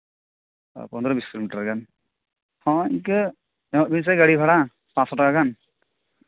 ᱚ ᱯᱚᱱᱨᱚ ᱵᱤᱥ ᱠᱤᱞᱳᱢᱤᱴᱟᱨ ᱜᱟᱱ ᱦᱳᱭ ᱤᱱᱠᱟᱹ ᱮᱢᱚᱜ ᱵᱤᱱ ᱥᱮ ᱜᱟᱹᱲᱤ ᱵᱷᱟᱲᱟ ᱯᱟᱸᱥᱥᱚ ᱴᱟᱠᱟ ᱜᱟᱱ